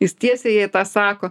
jis tiesiai jai tą sako